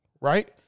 right